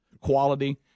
quality